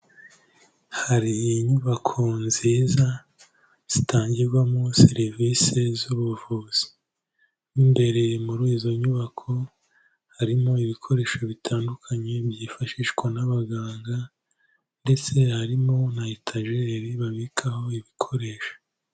Hari inyubako nziza zitangirwamo serivisi z’ubuvuzi, mwimbere muri izo nyubako harimo ibikoresho bitandukanye byifashishwa n’abaganga, ndetse harimo na etajeri babikaho ibikoresho.